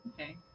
Okay